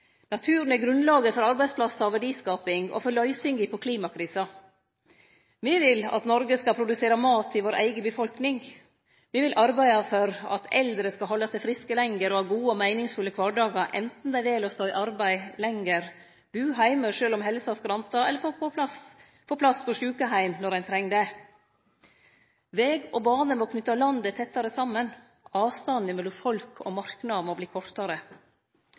Naturen er grunnlaget for arbeidsplassar og verdiskaping, og for løysingar på klimakrisa. Me vil at Noreg skal produsere mat til vår eiga befolkning. Me vil arbeide for at eldre skal halde seg friske lenger og ha gode og meiningsfulle kvardagar anten dei vel å stå i arbeid lenger, bu heime sjølv om helsa skrantar eller få plass på sjukeheim når dei treng det. Veg og bane må knyte landet tettare saman. Avstanden mellom folk og marknader må verte kortare.